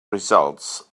results